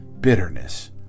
bitterness